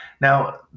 Now